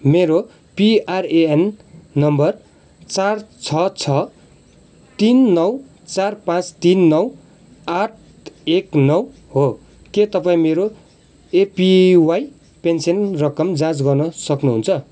मेरो PRAN number चार छ छ तिन नौ चार पाँच तिन नौ आठ एक नौ हो के तपाईँँ मेरो एपिवाई पेन्सन रकम जाँच गर्न सक्नुहुन्छ